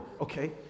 Okay